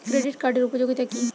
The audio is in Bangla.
ক্রেডিট কার্ডের উপযোগিতা কি?